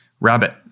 Rabbit